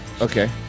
Okay